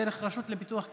דרך הרשות לפיתוח כלכלי,